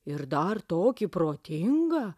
ir dar tokį protingą